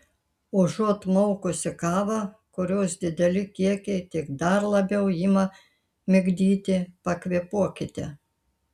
užuot maukusi kavą kurios dideli kiekiai tik dar labiau ima migdyti pakvėpuokite